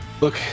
Look